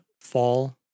fall